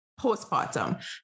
postpartum